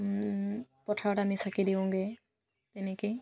পথাৰত আমি চাকি দিওঁগৈ তেনেকেই